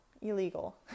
illegal